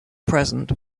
present